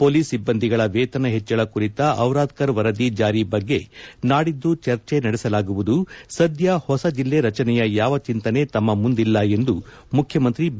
police ಸಿಬ್ಬಂದಿಗಳ ವೇತನ ಹೆಚ್ಚಳ ಕುರಿತ ಡಿರಾದ್ಧರ್ ವರದಿ ಜಾರಿ ಬಗ್ಗೆ ನಾಡಿದ್ದು ಚರ್ಚೆ ನಡೆಸಲಾಗುವುದು ಸಧ್ಯ ಹೊಸ ಜಿಲ್ಲೆ ರಚನೆಯ ಯಾವ ಚಿಂತನೆ ತಮ್ಮ ಮುಂದಿಲ್ಲ ಎಂದು ಮುಖ್ಯಮಂತ್ರಿ ಬಿ